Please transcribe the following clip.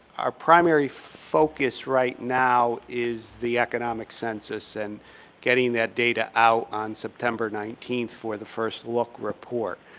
our primary focus right now is the economic census and getting that data out on september nineteenth for the first look report.